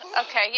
okay